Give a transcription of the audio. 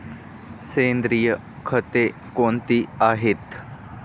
सेंद्रिय खते कोणती आहेत?